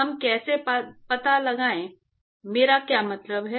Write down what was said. हम कैसे पाते हैं मेरा क्या मतलब है